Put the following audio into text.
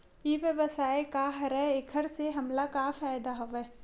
ई व्यवसाय का हरय एखर से हमला का फ़ायदा हवय?